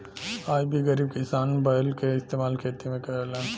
आज भी गरीब किसान बैल के इस्तेमाल खेती में करलन